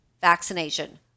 vaccination